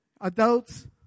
adults